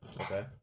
Okay